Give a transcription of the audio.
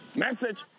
Message